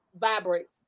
vibrates